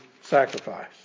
sacrifice